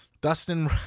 Dustin